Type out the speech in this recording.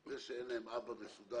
זה שאין להם אבא מסודר,